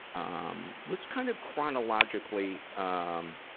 um, let's kind of chronologically, um,